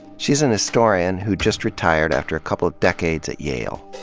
she's an historian who just retired after a couple of decades at yale.